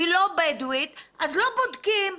היא לא בדואית אז לא בודקים.